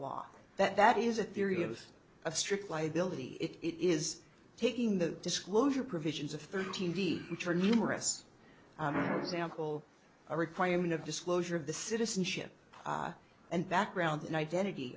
law that that is a theory of a strict liability it is taking the disclosure provisions of thirteen b which are numerous example a requirement of disclosure of the citizenship and background identity